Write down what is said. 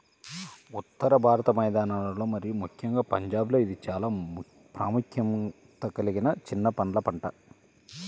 ఉత్తర భారత మైదానాలలో మరియు ముఖ్యంగా పంజాబ్లో ఇది చాలా ప్రాముఖ్యత కలిగిన చిన్న పండ్ల పంట